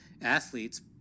athletes